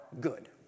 good